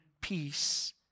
peace